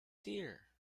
dear